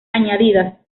añadidas